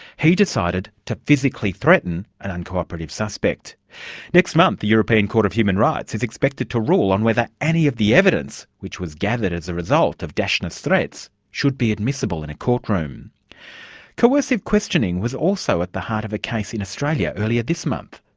he decided to physically threaten an unco-operative suspect. and next month, the european court of human rights is expected to rule on whether any of the evidence which was gathered as a result of daschner's threats, should be admissible in a courtroom. now coercive questioning was also at the heart of a case in australia earlier this month.